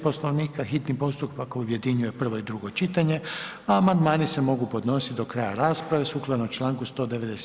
Poslovnika hitni postupak objedinjuje prvo i drugo čitanje, a amandmani se mogu podnositi do kraja rasprave, sukladno članku 197.